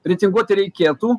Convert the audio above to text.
reitinguoti reikėtų